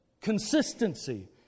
Consistency